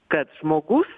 kad žmogus